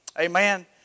Amen